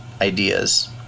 ideas